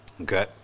Okay